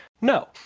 No